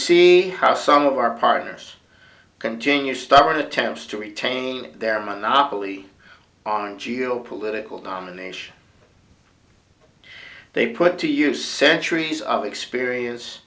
see how some of our partners continue stubborn attempts to retain their monopoly on geopolitical domination they put to use centuries of experience